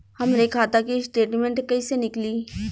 हमरे खाता के स्टेटमेंट कइसे निकली?